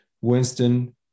Winston